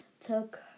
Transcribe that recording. took